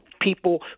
people